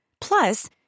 Plus